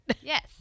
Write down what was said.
Yes